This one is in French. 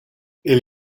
elle